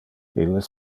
illes